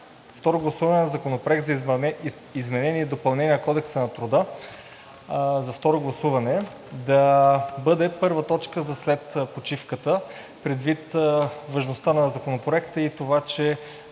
второ гласуване на Законопроекта за изменение и допълнение на Кодекса на труда да бъде първа точка след почивката, предвид важността на Законопроекта и това, че